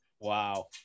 Wow